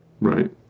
right